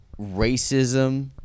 racism